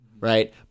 Right